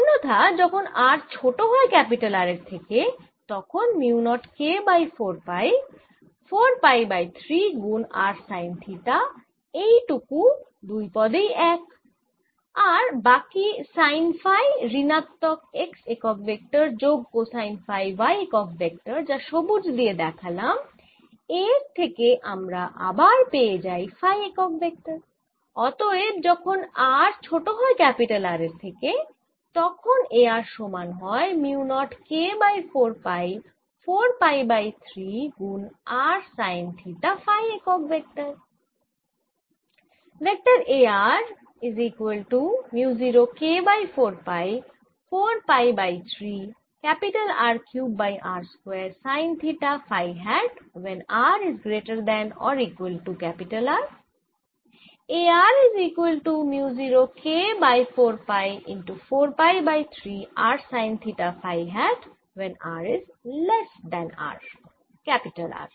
অন্যথা যখন r ছোট হয় R এর থেকে তখন mu nought K by 4 pi 4 pi by 3 গুন r সাইন থিটা এই টুকু দুই পদেই এক আর বাকি সাইন ফাই ঋণাত্মক x একক ভেক্টর যোগ কোসাইন ফাই y একক ভেক্টর যা সবুজ দিয়ে দেখালাম এর থেকে আবার পেয়ে যাই ফাই একক ভেক্টর অতএব যখন r ছোট হয় R এর থেকে তখন A r সমান হয় mu nought K by 4 pi 4 pi by 3 গুন r সাইন থিটা ফাই একক ভেক্টর